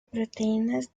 proteínas